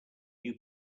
new